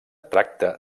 tracta